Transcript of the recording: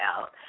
out